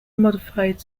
modified